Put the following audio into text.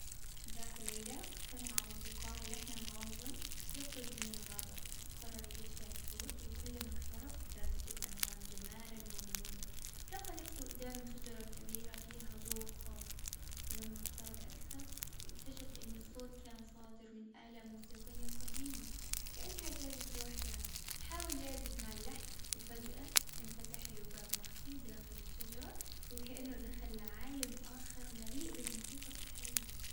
ذات ليلة ك- سمع موسيقار لحناً غامضاً، يخرج من الغابة. قرر يتبع الصوت، وكلما اقترب، زادت الأنغام جمالاً وغموضاً. لقى نفسه أدام شجرة كبيرة، فيها ضوء خافت. ولما اقترب أكثر، اكتشف إن الصوت كان صادر من آلة موسيقية قديمة، كأنها تعزف لوحدها. حاول يعزف مع اللحن وفجأة، انفتح له باب مخفي داخل الشجرة، وكأنه دخل لعالم آخر، مليء بالموسيقى السحرية.